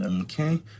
Okay